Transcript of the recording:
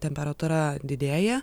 temperatūra didėja